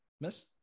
Miss